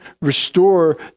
restore